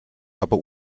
aber